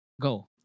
go